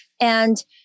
And-